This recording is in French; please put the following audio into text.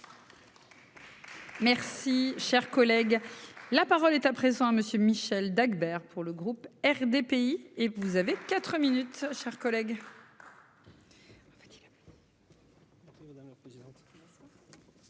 Merci cher collègue. La parole est à présent à monsieur Michel Dagbert pour le groupe RDPI et vous avez 4 minutes, chers collègues.--